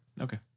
Okay